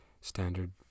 standard